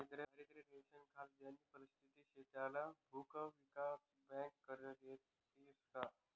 दारिद्र्य रेषानाखाल ज्यानी परिस्थिती शे त्याले भुविकास बँका कर्ज देतीस का?